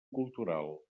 cultural